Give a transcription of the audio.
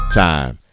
time